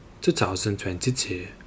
2022